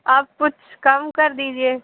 آپ کچھ کم کر دیجیے